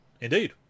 indeed